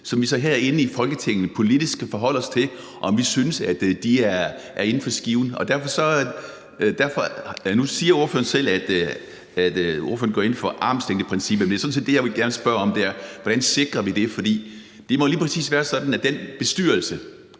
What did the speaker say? som vi så herinde i Folketinget politisk kan forholde os til om vi synes er inden for skiven. Og nu siger ordføreren selv, at ordføreren går ind for armslængdeprincippet, men det, jeg gerne vil spørge om, er: Hvordan sikrer vi det? For det må lige præcis være sådan, at det er den bestyrelse,